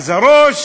אז הראש